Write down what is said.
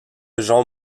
gens